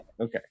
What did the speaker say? okay